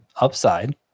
upside